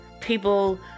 People